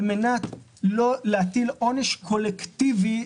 על מנת לא להטיל עונש קולקטיבי,